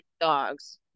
dogs